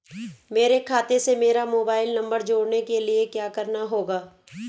मेरे खाते से मेरा मोबाइल नम्बर जोड़ने के लिये क्या करना होगा?